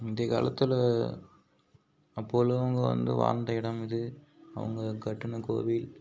முந்தைய காலத்தில் அப்போ உள்ளவங்க வந்து வாழ்ந்த இடம் இது அவங்க கட்டின கோவில்